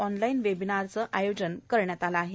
online वेबिनारचे आयोजन करण्यात आले आहे